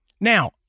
Now